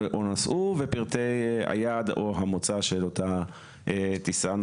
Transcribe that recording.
נסעו ופרטי היעד או המוצא של אותה טיסה.